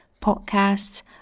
podcasts